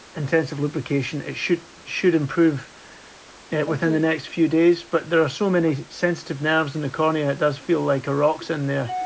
intensive lubrication, it should should improve within the next few days. but there are so many sensitive nerves in the cornea it does feel like a rock's in there